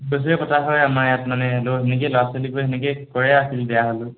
সেইটোবে কথা হয় আমাৰ ইয়াত মানে হ'লেও সেনেকে ল'ৰা ছোৱালীবোৰ সেনেকে কৰে আছিলোঁ বেয়া হ'লেও